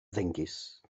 ddengys